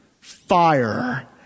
fire